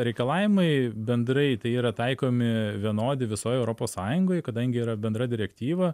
reikalavimai bendrai tai yra taikomi vienodi visoj europos sąjungoj kadangi yra bendra direktyva